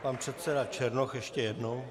Pan předseda Černoch ještě jednou.